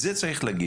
את זה צריך להגיד.